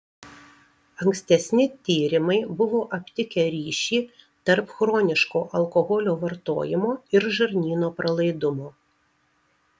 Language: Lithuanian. ankstesni tyrimai buvo aptikę ryšį tarp chroniško alkoholio vartojimo ir žarnyno pralaidumo